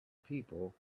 people